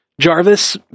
Jarvis